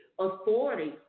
authority